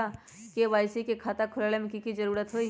KYC के खाता खुलवा में की जरूरी होई?